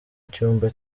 icyumba